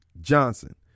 Johnson